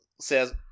says